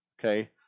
okay